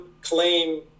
claim